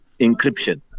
encryption